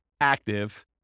active